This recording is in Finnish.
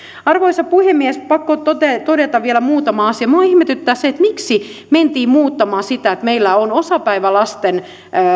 arvoisa puhemies pakko todeta todeta vielä muutama asia minua ihmetyttää se miksi mentiin muuttamaan sitä että meillä on osapäivälasten